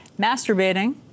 masturbating